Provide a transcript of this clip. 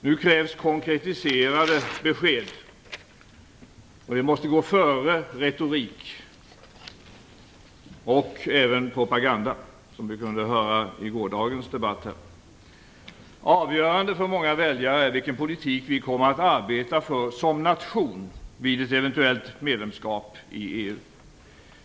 Nu krävs konkretiserade besked, och det måste gå före retorik och även propaganda, som vi kunde höra i gårdagens debatt. Avgörande för många väljare är vilken politik vi kommer att arbeta för som nation vid ett eventuellt medlemskap i EU.